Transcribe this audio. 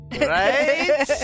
Right